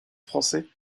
français